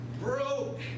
broke